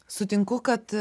sutinku kad